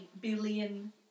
billion